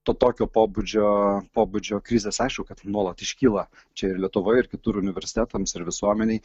to tokio pobūdžio pobūdžio krizės aišku kad nuolat iškyla čia ir lietuvoje ir kitur universitetams ir visuomenei